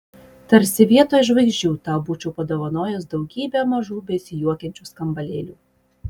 tarsi vietoj žvaigždžių tau būčiau padovanojęs daugybę mažų besijuokiančių skambalėlių